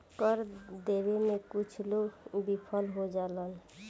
कर देबे में कुछ लोग विफल हो जालन